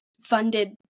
funded